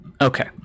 Okay